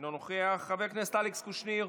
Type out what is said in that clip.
אינו נוכח, חבר הכנסת אלכס קושניר,